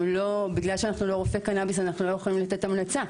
בגלל שאנחנו לא רופאי קנביס אנחנו לא יכולים לתת המלצה.